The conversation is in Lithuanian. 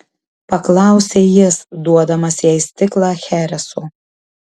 paklausė jis duodamas jai stiklą chereso